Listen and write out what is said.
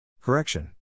Correction